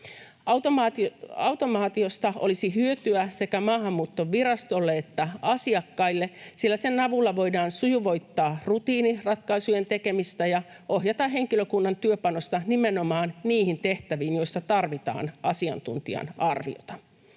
Automaatiosta olisi hyötyä sekä Maahanmuuttovirastolle että asiakkaille, sillä sen avulla voidaan sujuvoittaa rutiiniratkaisujen tekemistä ja ohjata henkilökunnan työpanosta nimenomaan niihin tehtäviin, joissa tarvitaan asiantuntijan arviota.